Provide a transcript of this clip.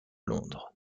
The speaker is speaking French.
londres